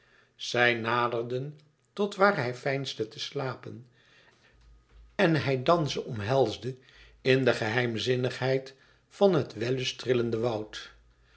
zij naderden tot waar hij veinsde te slapen en hij dan ze omhelsde in de geheimzinnigheid van het wellust trillende woud